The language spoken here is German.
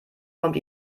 kommt